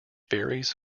varies